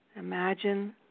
imagine